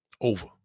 Over